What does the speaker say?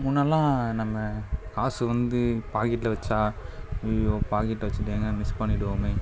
முன்னெலாம் நம்ம காசு வந்து பாக்கெட்டில் வச்சா ஐயையோ பாக்கெட்டில் வச்சிட்டு எங்கேனா மிஸ் பண்ணிடுவோமே